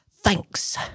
Thanks